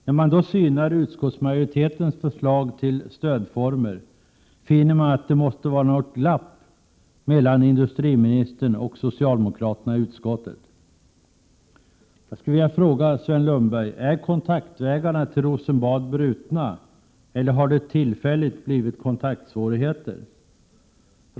När man synar utskottsmajoritetens förslag till stödformer, finner man att det måste vara något glapp mellan industriministern och socialdemokraterna i utskottet. Jag skulle vilja fråga Sven Lundberg: Är kontaktvägarna till Rosenbad brutna, eller har det tillfälligt blivit kontaktsvårigheter?